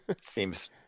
seems